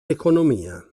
economia